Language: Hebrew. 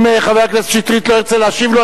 אם חבר הכנסת שטרית לא ירצה להשיב לו,